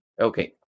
Okay